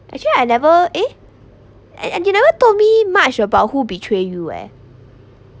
actually I never eh and and you never told me much about who betray you eh